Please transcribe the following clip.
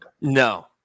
No